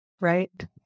right